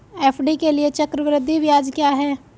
FD के लिए चक्रवृद्धि ब्याज क्या है?